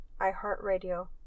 iHeartRadio